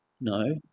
No